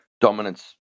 dominance